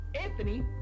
Anthony